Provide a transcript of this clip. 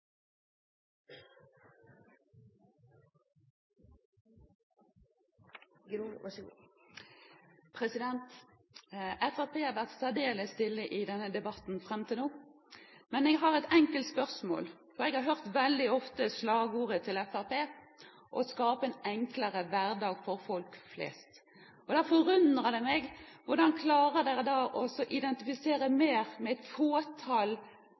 nå, men jeg har et enkelt spørsmål. Jeg har veldig ofte hørt slagordet til Fremskrittspartiet om å skape en enklere hverdag for folk flest. Da forundrer det meg hvordan de klarer å identifisere seg mer med et